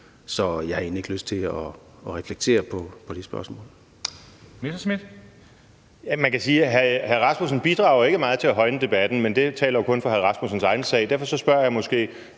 Så jeg har egentlig ikke lyst til at svare på det spørgsmål.